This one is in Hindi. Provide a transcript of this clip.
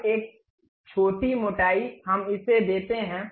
अब एक छोटी मोटाई हम इसे देते हैं